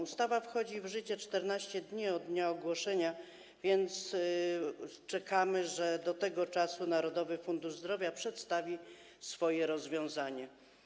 Ustawa wchodzi w życie w terminie 14 dni od dnia ogłoszenia, więc czekamy, że do tego czasu Narodowy Fundusz Zdrowia przedstawi swoje rozwiązanie.